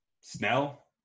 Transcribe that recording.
Snell